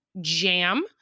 jam